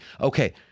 Okay